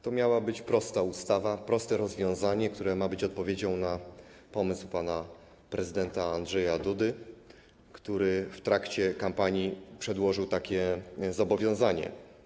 To miała być prosta ustawa, proste rozwiązanie, które ma być odpowiedzią na pomysł pana prezydenta Andrzeja Dudy, który w trakcie kampanii przedłożył takie zobowiązanie.